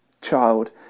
child